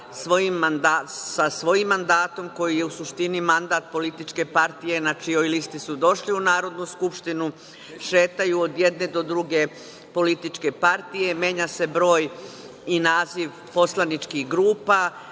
sa svojim mandatom koji je u suštini mandat političke partije na čijoj listi su došli u Narodnu skupštinu, šetaju od jedne do druge političke partije, menja se broj i naziv poslaničkih grupa,